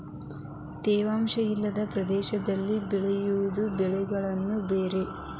ತೇವಾಂಶ ವಿಲ್ಲದ ಪ್ರದೇಶದಲ್ಲಿ ಬೆಳೆಯುವ ಬೆಳೆಗಳೆ ಬೇರೆ